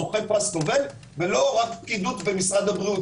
זוכי פרס נובל ולא רק פקידות במשרד הבריאות.